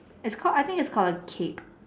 it's called I think it's called a cape